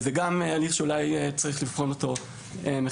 זה גם הליך שאולי צריך לבחון אותו מחדש,